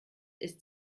ist